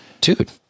dude